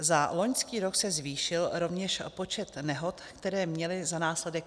Za loňský rok se zvýšil rovněž počet nehod, které měly za následek úmrtí.